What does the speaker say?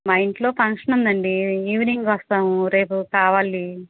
మా ఇంట్లో ఫంక్షన్ ఉందండి ఈవెనింగ్ వస్తాము రేపు కావాలి